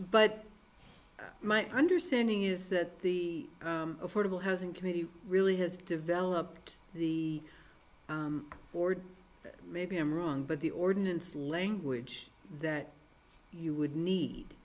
but my understanding is that the affordable housing committee really has developed the board maybe i'm wrong but the ordinance language that you would need